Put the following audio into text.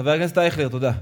חבר הכנסת אייכלר, תודה.